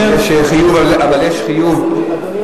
אבל יש חיוב,